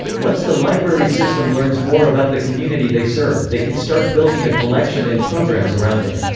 once the library system learns more about the community they serve, they can start building a collection and programs around it.